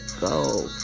go